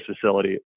facility